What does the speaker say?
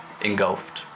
engulfed